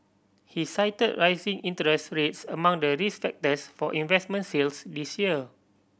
he cited rising interest rates among the risk factors for investment sales this year